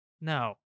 No